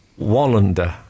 Wallander